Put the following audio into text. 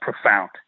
profound